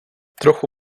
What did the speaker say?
trochu